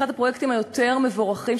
זה אחד הפרויקטים היותר מבורכים,